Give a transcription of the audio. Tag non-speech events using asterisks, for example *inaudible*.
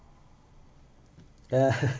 ya *laughs*